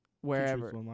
wherever